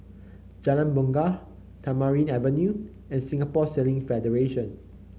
Jalan Bungar Tamarind Avenue and Singapore Sailing Federation